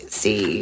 see